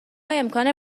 امکان